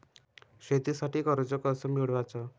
शेतीसाठी कर्ज कस मिळवाच?